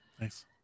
Nice